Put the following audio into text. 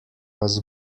vas